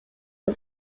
was